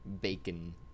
bacon